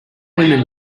women